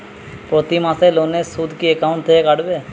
প্রতি মাসে লোনের সুদ কি একাউন্ট থেকে কাটবে?